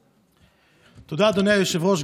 תודה, אדוני היושב-ראש.